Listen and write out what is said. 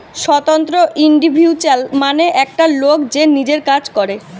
স্বতন্ত্র ইন্ডিভিজুয়াল মানে একটা লোক যে নিজের কাজ করে